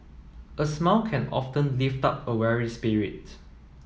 a smile can often lift up a weary spirit